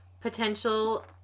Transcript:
potential